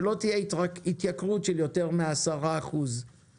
שלא תהיה התייקרות של יותר מ-10% במלונות